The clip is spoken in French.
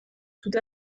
tout